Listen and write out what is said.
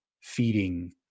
feeding